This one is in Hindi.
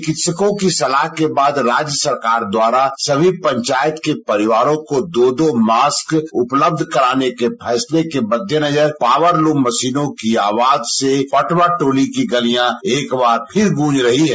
चिकित्सकों की सलाह के बाद राज्य सरकार द्वारा सभी पंचायत के परिवारों को दो दो मास्क उपलब्ध कराने के फैसले के मद्देनजर पावरलूम मशीनों की आवाज से पटवा टोली की गलियां एक बार फिर गूंज रही हैं